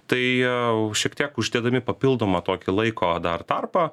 tai jau šiek tiek uždėdami papildomą tokį laiko dar tarpą